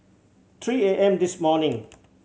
three A M this morning